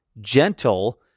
gentle